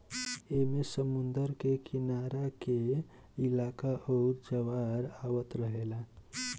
ऐमे समुद्र के किनारे के इलाका आउर ज्वार आवत रहेला